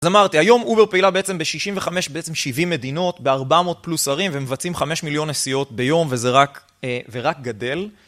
אז אמרתי, היום אובר פעילה בעצם ב-65, בעצם 70 מדינות, ב-400 פלוס ערים ומבצעים 5 מיליון נסיעות ביום וזה רק גדל.